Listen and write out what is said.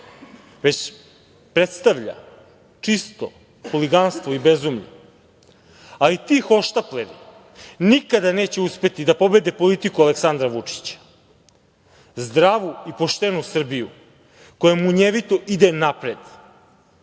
već predstavlja čisto huliganstvo i bezumlje, ali ti hohštapleri nikada neće uspeti da pobede politiku Aleksandra Vučića, zdravu i poštenu Srbiju koja munjevito ide napred